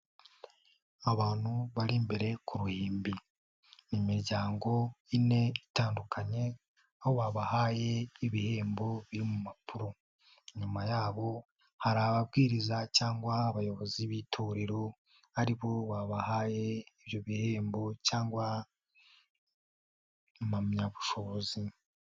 Abantu bari imbere ku ruhimbi, ni imiryango ine itandukanye, aho wabahaye ibihembo biri mu mpapuro, inyuma yabo hari ababwiriza cyangwa abayobozi b'itorero aribo babahaye ibyo bihembo cyangwa impamyabushobozi.